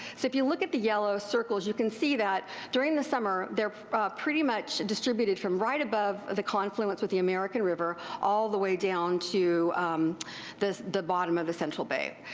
so if you look at the yellow circles you can see that during the summer theyire pretty much distributed from right above the confluence with the american river all the way down to the the bottom of the central bay.